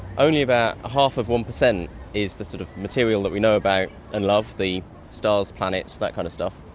only about half of one percent is the sort of material that we know about and love, the stars, planets, that kind of stuff.